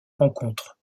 rencontre